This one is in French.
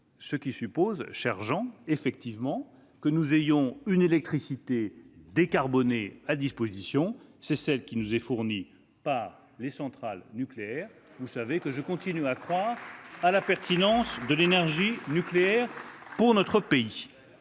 Cela suppose effectivement que nous ayons une électricité décarbonée à disposition, cher Jean Bizet, celle qui nous est fournie par les centrales nucléaires. Vous le savez, je continue à croire à la pertinence de l'énergie nucléaire pour notre pays.